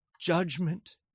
judgment